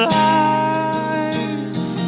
life